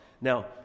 Now